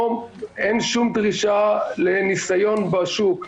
אין שום דרישה לניסיון בשוק,